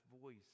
voice